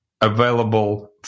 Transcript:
available